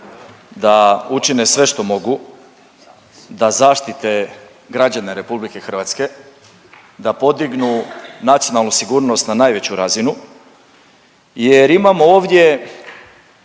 da učine sve što mogu da zaštite građane Republike Hrvatske, da podignu nacionalnu sigurnost na najveću razinu jer imamo ovdje